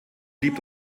blieb